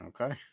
Okay